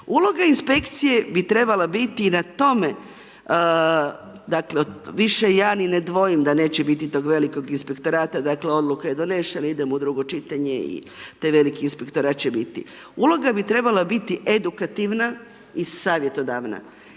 Uloga inspekcije bi trebala biti i na tome, dakle više ja ni ne dvojim da neće biti tog velikog inspektorata, dakle odluka je donesena, idemo u drugo čitanje i taj veliki inspektorat će biti. Uloga bi trebala biti edukativna i savjetodavna.